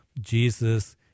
Jesus